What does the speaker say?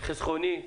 -- חסכוני,